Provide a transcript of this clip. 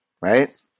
Right